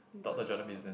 Doctor Jordan-Peterson